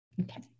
Okay